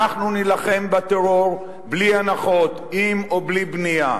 אנחנו נילחם בטרור בלי הנחות, עם או בלי בנייה,